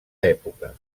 època